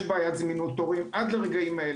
יש בעיית זמינות תורים עד רגעים אלה.